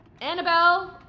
Annabelle